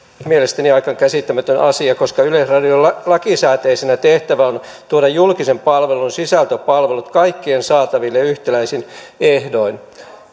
mielestäni aika käsittämätön asia koska yleisradion lakisääteisenä tehtävänä on tuoda julkisen palvelun sisältöpalvelut kaikkien saataville yhtäläisin ehdoin